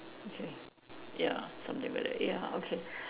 okay ya something like that ya okay